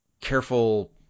careful